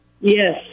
Yes